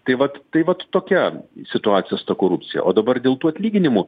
tai vat tai vat tokia situacija su ta korupcija o dabar dėl tų atlyginimų